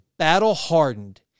battle-hardened